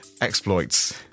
exploits